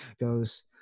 goes